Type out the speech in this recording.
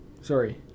Sorry